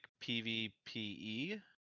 PVPE